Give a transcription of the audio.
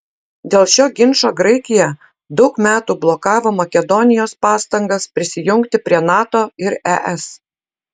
dėl šio ginčo graikija daug metų blokavo makedonijos pastangas prisijungti prie nato ir es